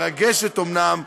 מרגשת אומנם,